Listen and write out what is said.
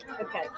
Okay